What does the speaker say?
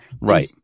Right